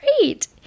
great